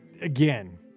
again